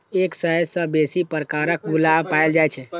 एक सय सं बेसी प्रकारक गुलाब पाएल जाए छै